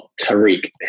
Tariq